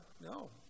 No